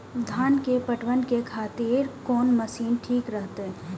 धान के पटवन के खातिर कोन मशीन ठीक रहते?